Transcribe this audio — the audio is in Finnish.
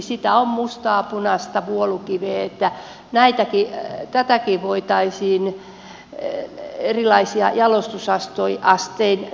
sitä on mustaa punaista vuolukiveä niin että tätäkin voitaisiin erilaisin jalostusastein viedä maasta